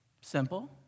Simple